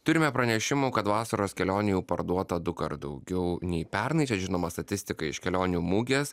turime pranešimų kad vasaros kelionių jau parduota dukart daugiau nei pernai čia žinoma statistika iš kelionių mugės